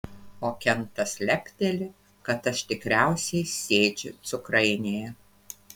o kentas lepteli kad aš tikriausiai sėdžiu cukrainėje